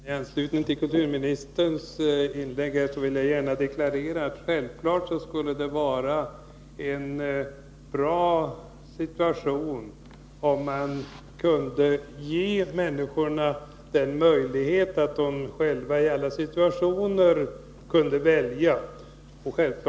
Herr talman! I anslutning till kulturministerns inlägg vill jag gärna deklarera att det självfallet skulle vara bra, om man kunde ge människorna möjligheten att i alla situationer välja själva.